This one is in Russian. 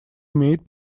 имеет